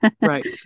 Right